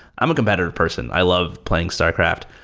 i'm a competitive person. i love playing starcraft.